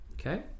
Okay